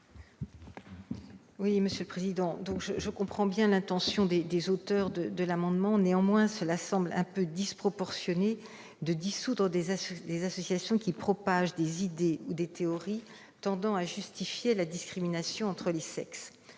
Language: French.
la commission ? Je comprends l'intention des auteurs de ces amendements. Néanmoins, il semble un peu disproportionné de dissoudre des associations qui propagent des idées ou des théories tendant à justifier la discrimination entre les sexes.